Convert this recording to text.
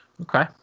okay